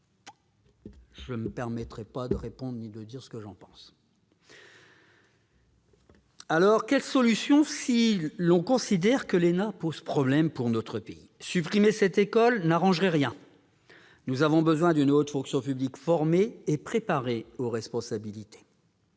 Je ne me permettrai pas de répondre ni de dire ce que j'en pense. Alors, quelles solutions, si l'on considère que l'ENA pose problème pour notre pays ? Supprimer cette école n'arrangerait rien. Nous avons besoin d'une haute fonction publique formée et préparée aux responsabilités.